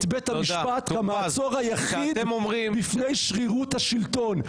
בית המשפט כמעצור היחיד בפני שרירות השלטון.